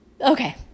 Okay